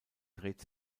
dreht